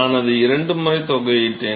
நான் அதை இரண்டு முறை தொகையிட்டேன்